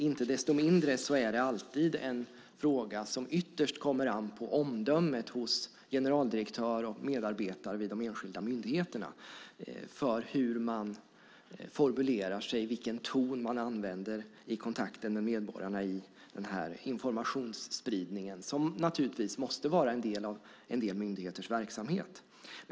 Inte desto mindre är det alltid en fråga där det ytterst kommer an på omdömet hos generaldirektör och medarbetare vid de enskilda myndigheterna när det gäller hur man formulerar sig och vilken ton man använder i kontakten med medborgarna i den här informationsspridningen, som naturligtvis måste vara en del av vissa myndigheters verksamhet.